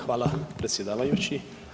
Hvala predsjedavajući.